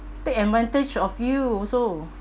take advantage of you also